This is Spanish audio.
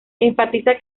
enfatiza